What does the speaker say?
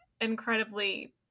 incredibly